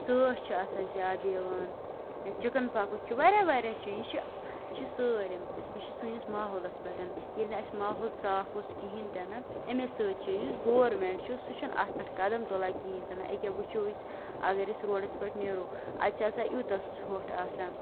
ژَاس چھُ آسان زیادٕ یِوان یا چِکَن پوٚکُس چھُ واریاہ واریاہ چیٖز چھِ یہِ چھُ سٲلِم یہِ چھُ سٲنِس ماحولَس پیٚٹھ ییٚلہِ نہٕ اَسہِ ماحول صاف اوس کِہیٖنٛۍ تہِ نہِ اَمے سۭتۍ چھُ یہِ گورمینٛٹ چھُ سُہ چھُنہٕ اَتھ پیٚٹھ قدم تُلان کِہیٖنٛۍ تہِ نہٕ یہِ کیٛاہ وُچھِوو أسۍ اَگر أسۍ روڈَس پیٚٹھ نیرو اَتہِ چھُ آسان یوٗتاہ ژھۅٹھ آسان